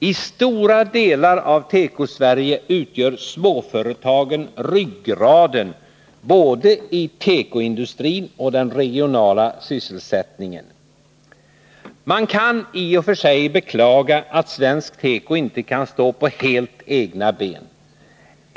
I stora delar av Tekosverige utgör småföretagen ryggraden i både tekoindustrin och den regionala sysselsättningen. Man kan i och för sig beklaga att svensk teko inte kan stå på helt egna ben.